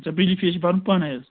اچھا بجلی فیٖس چھُ بَرُن پانے حظ